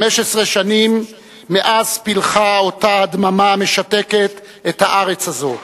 15 שנים מאז פילחה אותה הדממה המשתקת את הארץ הזאת,